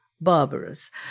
barbarous